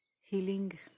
healing